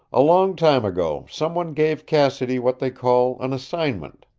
a long time ago someone gave cassidy what they call an assignment,